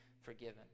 forgiven